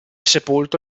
sepolto